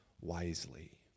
wisely